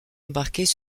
embarqués